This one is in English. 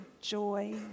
joy